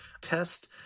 test